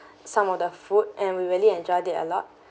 some of the food and we really enjoyed it a lot